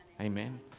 Amen